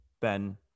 Ben